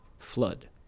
flood